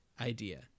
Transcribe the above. idea